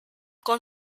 con